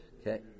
Okay